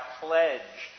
pledge